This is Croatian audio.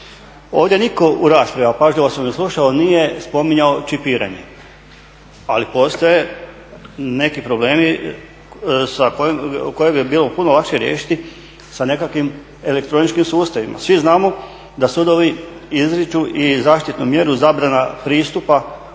Ovdje nitko u raspravi, a pažljivo sam ih slušao, nije spominjao čipiranje, ali postoje neki problemi koje bi bilo puno lakše riješiti sa nekakvim elektroničkim sustavima. Svi znamo da sudovi izriču i zaštitnu mjeru zabrana pristupa